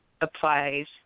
applies